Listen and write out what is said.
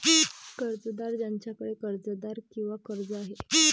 कर्जदार ज्याच्याकडे कर्जदार किंवा कर्ज आहे